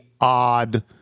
odd